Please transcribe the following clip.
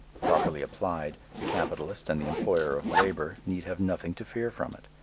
properly applied, the capitalist and the employer of labor need have nothing to fear from it.